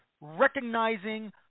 recognizing